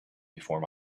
before